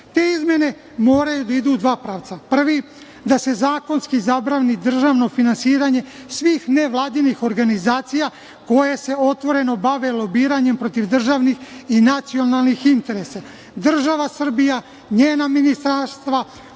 izmene moraju da idu u dva pravca. Prvi pravac, da se zakonski zabrani državno finansiranje svih nevladinih organizacija koje se otvoreno bave lobiranjem protiv državnih i nacionalnih interesa. Država Srbija, njena ministarstva,